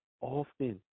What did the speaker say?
often